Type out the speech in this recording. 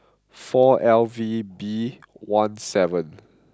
four L V B one seven